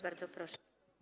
Bardzo proszę.